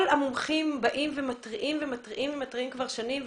כל המומחים באים ומתריעים ומתריעים ומתריעים כבר שנים,